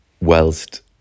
whilst